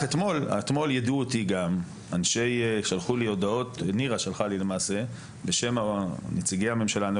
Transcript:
אתמול נירה שלחה לי הודעה בשם נציגי הממשלה.